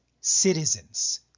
citizens